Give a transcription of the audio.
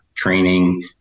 training